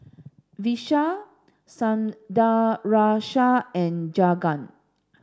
Vishal Sundaraiah and Jagat